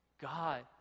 God